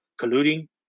colluding